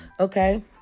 Okay